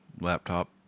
laptop